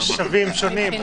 יש שבים שונים.